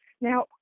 Now